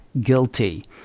guilty